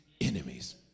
enemies